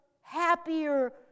happier